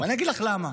ואני אגיד לך למה.